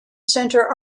centre